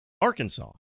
Arkansas